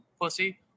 pussy